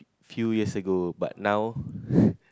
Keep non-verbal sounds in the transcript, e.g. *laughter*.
few years ago but now *breath*